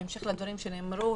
בהמשך לדברים שנאמרו,